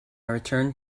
returned